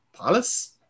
palace